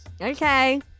Okay